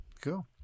Cool